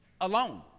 alone